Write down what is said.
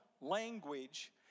language